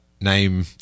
name